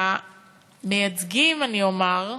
ולמייצגים אני אומר,